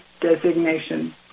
designation